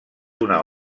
una